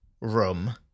room